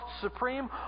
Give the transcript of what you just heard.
supreme